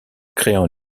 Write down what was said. créant